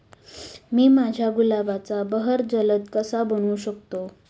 मी माझ्या गुलाबाचा बहर जलद कसा बनवू शकतो?